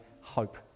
hope